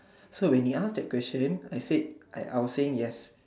so when you ask that question I would say yes